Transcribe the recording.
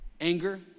anger